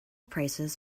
prices